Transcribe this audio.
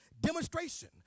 demonstration